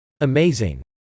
Amazing